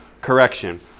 Correction